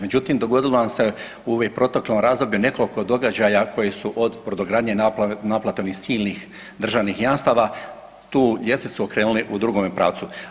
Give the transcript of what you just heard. Međutim, dogodilo nam se u ovom proteklom razdoblju nekoliko događaja koji su od brodogradnje naplate onih silnih državnih jamstava tu ljestvicu okrenuli u drugome pravcu.